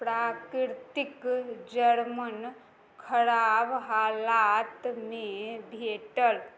प्राकृतिक जरमनि खराब हालातमे भेटल